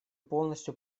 полностью